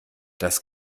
das